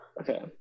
okay